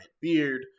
beard